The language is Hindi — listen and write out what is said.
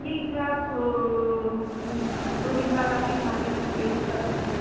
ठीक है आप दो दिन बाद आकर हमारे यहाँ पेन्ट कर दीजिए